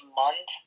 month